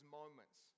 moments